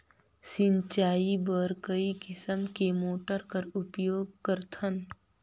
सिंचाई बर कई किसम के मोटर कर उपयोग करथन?